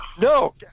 No